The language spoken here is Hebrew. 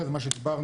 זה מה שדיברנו,